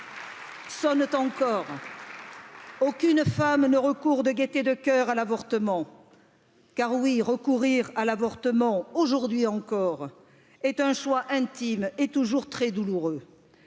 Sonnent encore. Aucune femme nee recourt de gaieté de cœur à l'avortement. car oui recourir à l'avortement aujourd'hui encore est un choix intime et toujours très douloureux